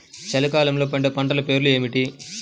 చలికాలంలో పండే పంటల పేర్లు ఏమిటీ?